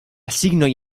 signoj